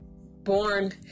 born